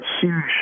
huge